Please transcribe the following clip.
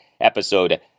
episode